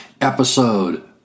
episode